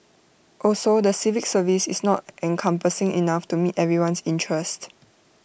also the civil service is not encompassing enough to meet everyone's interest